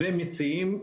ומציעים לנשים,